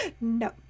no